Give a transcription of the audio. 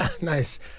Nice